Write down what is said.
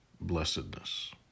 blessedness